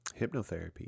hypnotherapy